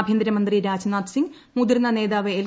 ആഭ്യന്തരമന്ത്രി രാജ്നാഥ് സിംഗ് മുതിർന്ന നേതാവ് എൽ